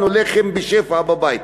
יש לנו לחם בשפע בבית.